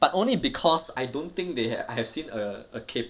but only because I don't think they have I have seen a a cap~